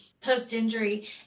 post-injury